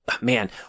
man